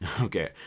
Okay